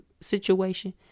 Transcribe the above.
situation